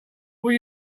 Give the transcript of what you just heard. will